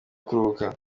kuruhuka